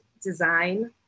design